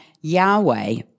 Yahweh